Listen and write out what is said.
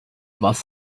was